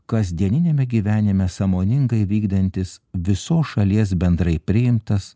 kasdieniniame gyvenime sąmoningai vykdantis visos šalies bendrai priimtas